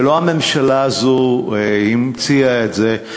ולא הממשלה הזאת המציאה את זה.